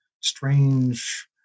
strange